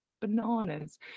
bananas